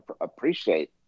appreciate